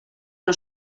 una